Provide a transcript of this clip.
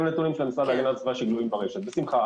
בשמחה.